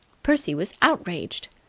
percy was outraged.